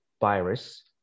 virus